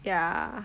ya